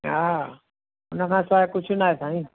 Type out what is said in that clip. हा उनखां सवाइ कुझु नाहे साईं